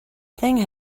thing